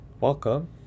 Welcome